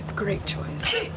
great choice.